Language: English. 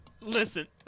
Listen